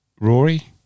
Rory